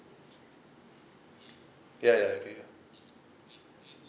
ya ya okay